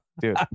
dude